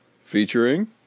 featuring